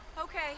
Okay